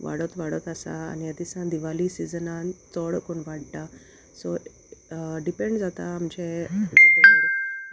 वाडोत वाडोत आसा आनी ह्या दिसान दिवाली सिजनान चोड कोरू वाडटा सो डिपेंड जाता आमचे